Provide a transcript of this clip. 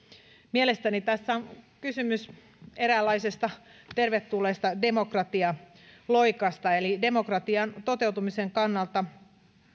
mielestäni tässä on kysymys eräänlaisesta tervetulleesta demokratialoikasta eli demokratian toteutumisen kannalta